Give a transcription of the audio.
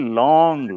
long